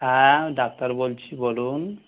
হ্যাঁ ডাক্তার বলছি বলুন